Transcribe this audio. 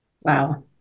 Wow